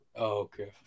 okay